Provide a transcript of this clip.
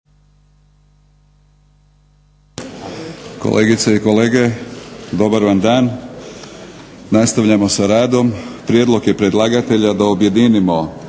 Kolegice i kolege dobar vam dan. Nastavljamo sa radom. Prijedlog je predlagatelja da objedinimo